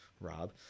Rob